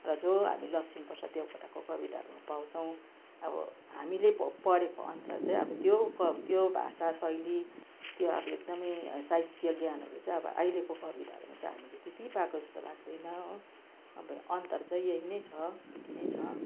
र जो हामी लक्ष्मीप्रसाद देवकोटाको कविताहरूमा पाउँछौँ अब हामीले पढेको अनुसार चाहिँ अब त्यो क त्यो भाषाशैली त्यो आवेग एकदमै साहित्य ज्ञानहरू चाहिँ अब अहिलेको कविताहरूमा चाहिँ हामीले त्यत्ति पाएको जस्तो लाग्दैन हो अब अन्तर चाहिँ यही नै छ यति नै छ